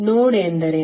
ನೋಡ್ ಎಂದರೇನು